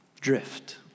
drift